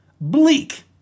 Bleak